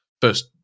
first